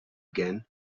again